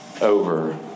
over